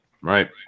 Right